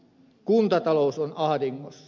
kuntatalous on ahdingossa